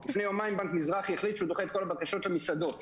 לפני יומיים בנק מזרחי החליט שהוא דוחה את כל הבקשות למסעדות - למה?